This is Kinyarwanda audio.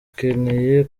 akeneye